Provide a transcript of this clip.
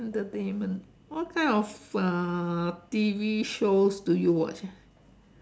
entertainment what kind of uh T_V shows do you watch ah